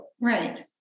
Right